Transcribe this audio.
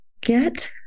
get